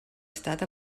estat